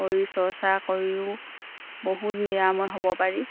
শৰীৰ চৰ্চা কৰিও বহুত নিৰাময় হ'ব পাৰি